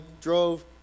drove